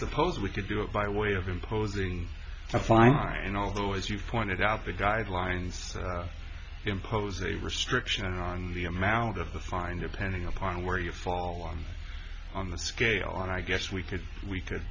suppose we could do it by way of imposing a fine although as you pointed out the guidelines impose a restriction on the amount of the fine depending upon where you fall on on the scale and i guess we could we could